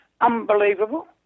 unbelievable